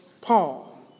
Paul